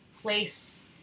place